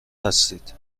هستید